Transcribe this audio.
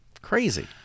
crazy